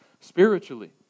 Spiritually